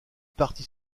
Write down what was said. partie